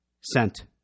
sent